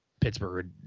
Pittsburgh